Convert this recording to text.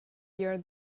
here